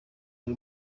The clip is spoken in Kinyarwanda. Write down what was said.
ari